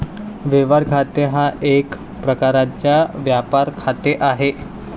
व्यवहार खाते हा एक प्रकारचा व्यापार खाते आहे